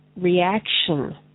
reaction